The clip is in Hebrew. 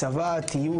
(הצגת